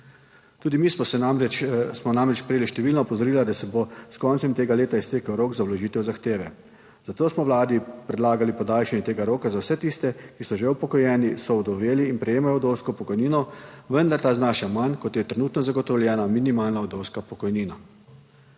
Tudi mi smo namreč prejeli številna opozorila, da se bo s koncem tega leta iztekel rok za vložitev zahteve, zato smo Vladi predlagali podaljšanje tega roka za vse tiste, ki so že upokojeni, so udoveli in prejemajo vdovsko pokojnino, vendar ta znaša manj, kot je trenutno zagotovljena minimalna vdovska pokojnina.